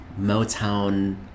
Motown